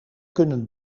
kunnen